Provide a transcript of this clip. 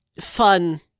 fun